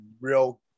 real